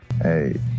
Hey